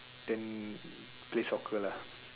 then play soccer lah